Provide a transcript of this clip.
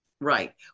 Right